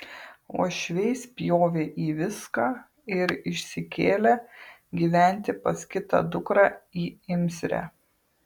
uošviai spjovė į viską ir išsikėlė gyventi pas kitą dukrą į imsrę